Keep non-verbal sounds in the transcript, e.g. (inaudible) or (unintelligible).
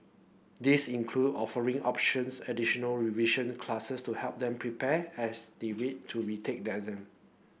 this include offering options additional revision classes to help them prepare as they wait to retake their (unintelligible)